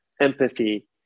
empathy